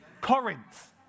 Corinth